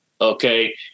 Okay